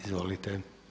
Izvolite.